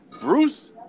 Bruce